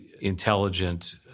intelligent